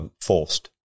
forced